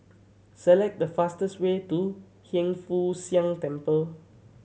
select the fastest way to Hiang Foo Siang Temple